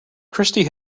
christy